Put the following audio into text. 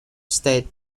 state